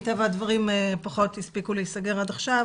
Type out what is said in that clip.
מטבע הדברים פחות הספיקו להיסגר עד עכשיו